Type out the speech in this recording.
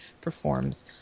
performs